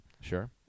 Sure